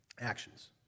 actions